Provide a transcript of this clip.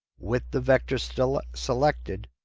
with the vector still selected.